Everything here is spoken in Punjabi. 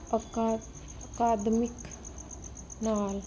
ਅਕਾ ਅਕਾਦਮਿਕ ਸਾਲ